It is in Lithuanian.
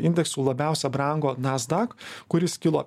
indeksų labiausia brango nasdaq kuris kilo